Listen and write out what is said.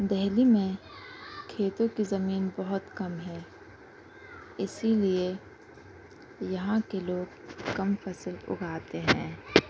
دہلی میں کھیتوں کی زمین بہت کم ہے اسی لیے یہاں کے لوگ کم فصل اگاتے ہیں